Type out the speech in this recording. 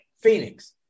Phoenix